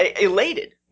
elated